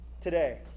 today